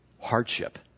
Hardship